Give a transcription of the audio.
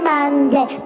Monday